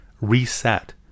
reset